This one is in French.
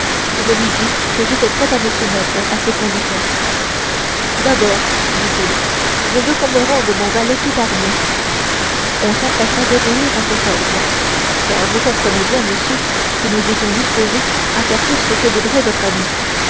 je lui dis que j'étais prêt à me soumettre à ses conditions d'abord dit-il je veux qu'on me rende mon valet tout armé on s'empressa d'obéir à cet ordre car vous comprenez bien monsieur que nous étions disposés à faire tout ce que voudrait votre ami